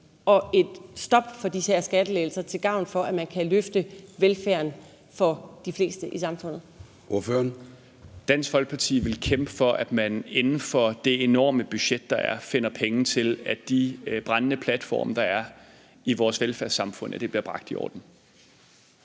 og et stop for de her skattelettelser til gavn for, at man kan løfte velfærden for de fleste i samfundet? Kl. 15:09 Formanden (Søren Gade): Ordføreren. Kl. 15:09 Peter Kofod (DF): Dansk Folkeparti vil kæmpe for, at man inden for det enorme budget, der er, finder penge til, at de brændende platforme, der er i vores velfærdssamfund, bliver bragt i orden.